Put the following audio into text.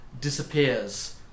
disappears